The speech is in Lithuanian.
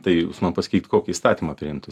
tai man pasakykit kokį įstatymą priimtų